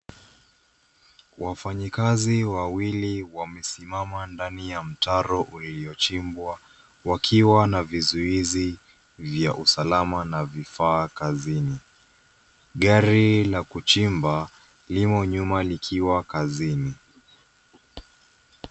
Wafanyikazi wawili wamesimama ndani ya mtaro uliochimbwa, wakiwa na vizuizi vya usalama, na vifaa kazini. Gari la kuchimba limo nyuma likiwa kazini.